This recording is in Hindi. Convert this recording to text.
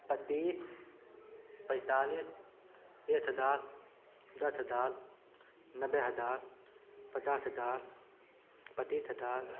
पच्चीस पैंतालीत एक हज़ार दस हज़ार नब्बे हज़ार पचास हज़ार पच्चीस हज़ार